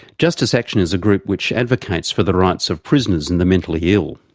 justice action is a group which advocates for the rights of prisoners and the mentally ill.